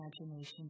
imagination